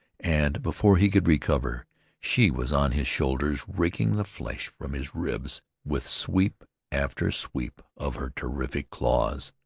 and before he could recover she was on his shoulders, raking the flesh from his ribs with sweep after sweep of her terrific claws.